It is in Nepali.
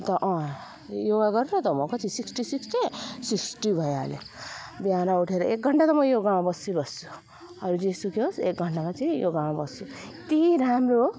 त अँ योगा गरेर म कति सिक्सटी सिक्स थिएँ सिक्सटी भएँ आहिले बिहान उठेर एक घन्टा त म योगामा बस्छु यहीँ बस्छु अरू जेसुकै होस् एक घन्टा म चाहिँ योगामा बस्छु कति राम्रो हो